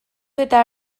eta